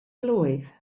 blwydd